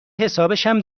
حسابشم